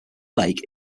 lake